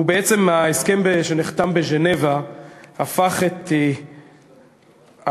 ובעצם ההסכם שנחתם בז'נבה הפך את העולם